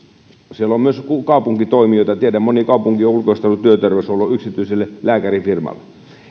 siellä on myös kaupunkitoimijoita tiedän että moni kaupunki on ulkoistanut työterveyshuollon yksityiselle lääkärifirmalle